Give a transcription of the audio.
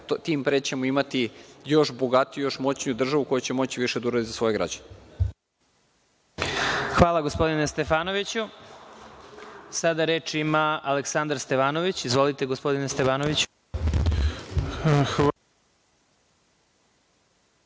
tim pre ćemo imati još bogatiju, još moćniju državu koja će moći više da uradi za svoje građane. **Maja Gojković** Hvala gospodine Stefanoviću. Sada reč ima Aleksandar Stevanović. Izvolite gospodine Stevanoviću.